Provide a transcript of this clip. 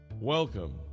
Welcome